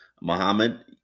Muhammad